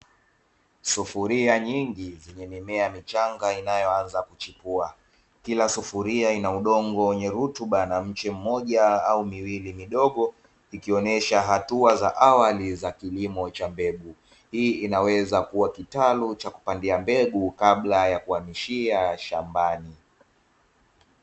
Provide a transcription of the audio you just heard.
Sufuria nyingi zenye mimea michanga inayoanza kuchipua, kila sufuria ina udongo wenye rutuba na mche mmoja au miwili midogo ikionyesha hatua za awali za kilimo cha mbegu hii inaweza kuwa kitalu cha kupandia mbegu kabla ya kuhamishia shambani.